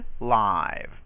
live